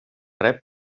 rep